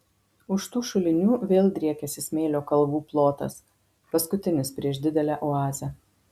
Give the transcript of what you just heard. už tų šulinių vėl driekiasi smėlio kalvų plotas paskutinis prieš didelę oazę